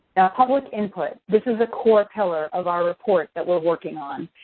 public input-this is a core pillar of our report that we're working on.